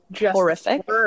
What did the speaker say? horrific